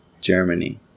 Germany